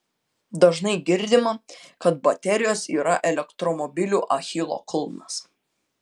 dažnai girdima kad baterijos yra elektromobilių achilo kulnas